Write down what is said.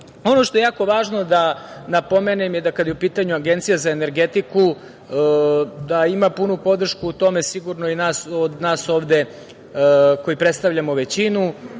što je jako važno da napomenem je da, kada je u pitanju Agencija za energetiku, ima punu podršku u tome i od nas ovde koji predstavljamo većinu